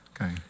Okay